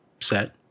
set